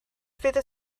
fydd